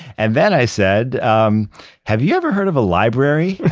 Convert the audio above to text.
and then i said, um have you ever heard of a library